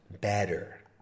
better